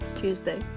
Tuesday